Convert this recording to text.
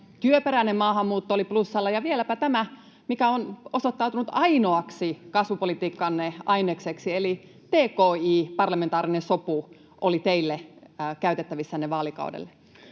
Työperäinen maahanmuutto oli plussalla, ja vieläpä tämä, mikä on osoittautunut ainoaksi kasvupolitiikkanne ainekseksi, että parlamentaarinen sopu tki:stä oli teillä käytettävissänne vaalikaudelle.